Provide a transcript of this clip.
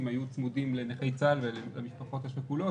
היו צמודים לנכי צה"ל ולמשפחות השכולות,